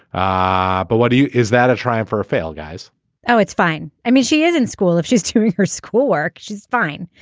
ah but what do you. is that a triumph for failed guys no it's fine. i mean she is in school if she's teaching her schoolwork she's fine.